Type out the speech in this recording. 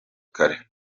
kare